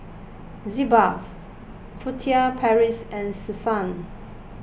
Sitz Bath Furtere Paris and Selsun